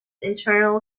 internal